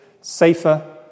safer